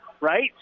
right